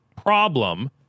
problem